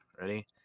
Ready